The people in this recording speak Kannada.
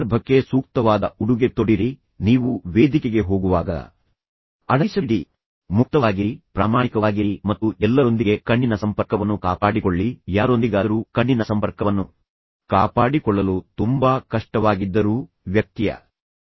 ಸಂದರ್ಭಕ್ಕೆ ಸೂಕ್ತವಾದ ಉಡುಗೆ ತೊಡಿರಿ ನೀವು ವೇದಿಕೆಗೆ ಹೋಗುವಾಗ ಅಡಗಿಸಬೇಡಿ ಮುಕ್ತವಾಗಿರಿ ಪ್ರಾಮಾಣಿಕವಾಗಿರಿ ಮತ್ತು ಎಲ್ಲರೊಂದಿಗೆ ಕಣ್ಣಿನ ಸಂಪರ್ಕವನ್ನು ಕಾಪಾಡಿಕೊಳ್ಳಿ ಯಾರೊಂದಿಗಾದರೂ ಕಣ್ಣಿನ ಸಂಪರ್ಕವನ್ನು ಕಾಪಾಡಿಕೊಳ್ಳಲು ತುಂಬಾ ಕಷ್ಟವಾಗಿದ್ದರೂ ವ್ಯಕ್ತಿಯ ಹಣೆಯನ್ನು ನೋಡಲು ಪ್ರಯತ್ನಿಸಿ